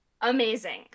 amazing